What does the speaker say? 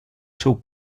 seu